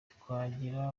twagira